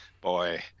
boy